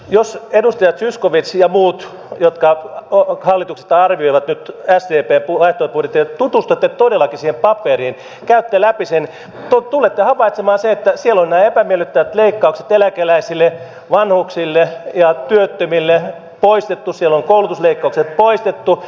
jos edustaja zyskowicz ja te muut jotka hallituksesta arvioitte nyt sdpn vaihtoehtobudjettia tutustutte todellakin siihen paperiin käytte läpi sen niin tulette havaitsemaan sen että siellä on nämä epämiellyttävät leikkaukset eläkeläisille vanhuksille ja työttömille poistettu siellä on koulutusleikkaukset poistettu